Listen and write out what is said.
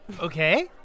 Okay